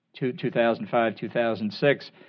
2005-2006